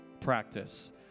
practice